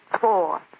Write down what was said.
Four